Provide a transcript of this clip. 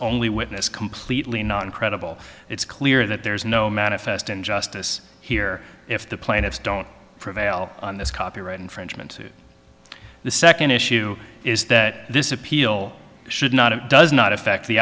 only witness completely non credible it's clear that there is no manifest injustice here if the plaintiffs don't prevail on this copyright infringement the second issue is that this appeal should not and does not affect the